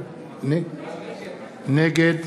נגד